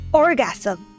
orgasm